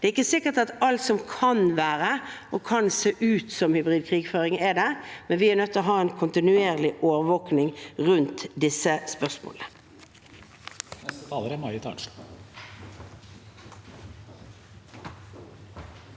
Det er ikke sikkert at alt som kan se ut som hybrid krigføring, er det, men vi er nødt til å ha en kontinuerlig overvåkning rundt disse spørsmålene.